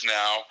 now